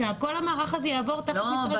שכל המערך הזה יעבור תחת משרד החינוך --- לא,